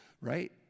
right